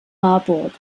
marburg